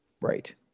Right